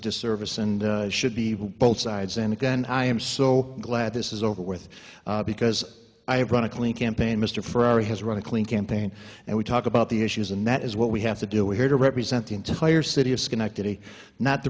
disservice and should be both sides and again i am so glad this is over with because ironically campaign mr ferrari has run a clean campaign and we talk about the issues and that is what we have to deal with here to represent the entire city of schenectady not the